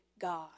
God